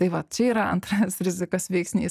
tai vat čia yra antras rizikos veiksnys